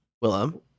Willem